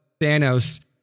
Thanos